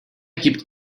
gibt